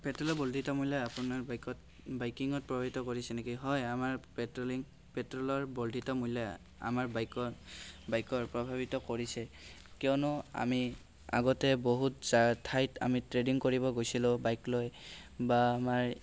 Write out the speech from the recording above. পেট্ৰ'লৰ বৰ্ধিত মূল্যই আপোনাৰ বাইকত বাইকিঙত প্ৰভাৱিত কৰিছে নেকি হয় আমাৰ পেট্ৰলিং পেট্ৰ'লৰ বৰ্ধিত মূল্যই আমাৰ বাইকৰ বাইকৰ প্ৰভাৱিত কৰিছে কিয়নো আমি আগতে বহুত যা ঠাইত আমি ট্ৰেডিং কৰিব গৈছিলোঁ বাইক লৈ বা আমাৰ